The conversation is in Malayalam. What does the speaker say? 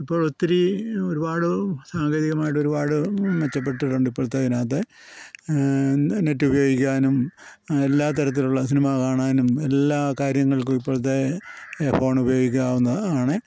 ഇപ്പോൾ ഒത്തിരി ഒരുപാട് സാങ്കേതികമായിട്ട് ഒരുപാട് മെച്ചപ്പെട്ടിട്ടുണ്ട് ഇപ്പോഴത്തെ ഇതിനകത്ത് നെറ്റ് ഉപയോഗിക്കാനും എല്ലാ തരത്തിലുള്ള സിനിമ കാണാനും എല്ലാ കാര്യങ്ങൾക്കും ഇപ്പോഴത്തെ ഫോണുപയോഗിക്കാവുന്നതാണ്